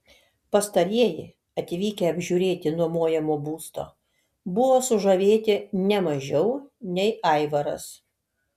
pastarieji atvykę apžiūrėti nuomojamo būsto buvo sužavėti ne mažiau nei aivaras